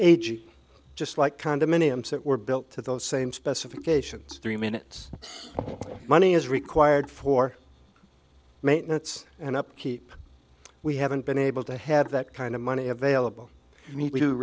just like condominiums that were built to those same specifications three minutes money is required for maintenance and upkeep we haven't been able to have that kind of money available we